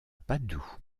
padoue